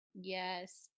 yes